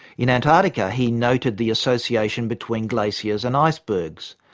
in antarctica he noted the association between glaciers and icebergs.